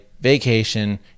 Vacation